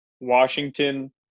Washington